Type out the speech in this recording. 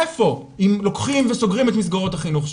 איפה, אם לוקחים וסוגרים את מסגרות החינוך שלהם?